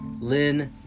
Lynn